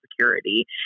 Security